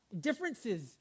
differences